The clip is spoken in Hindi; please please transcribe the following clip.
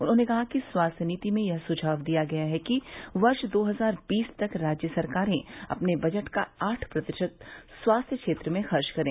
उन्होंने कहा कि स्वास्थ्य नीति में यह सुझाव दिया गया है कि वर्ष दो हजार बीस तक राज्य सरकारें अपने बजट का आठ प्रतिशत स्वास्थ्य क्षेत्र में खर्च करें